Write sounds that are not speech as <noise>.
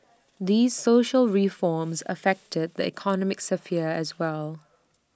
these social reforms <noise> affect the economic sphere as well